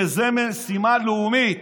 וזו משימה לאומית.